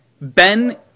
Ben